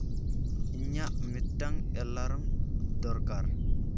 ᱤᱧᱟᱹᱜ ᱢᱤᱫᱴᱟᱱ ᱮᱞᱟᱨᱢ ᱫᱚᱨᱠᱟᱨ